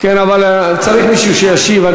כן, אבל צריך מישהו שישיב.